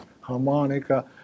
harmonica